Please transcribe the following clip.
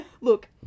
Look